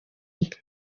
mwe